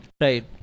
Right